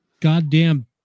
goddamn